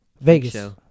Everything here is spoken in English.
Vegas